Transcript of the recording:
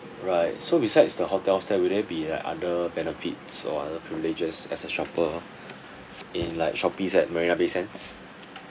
right so besides the hotels stay will there be like other benefits or other privileges as a shopper in like shoppes at marina bay sands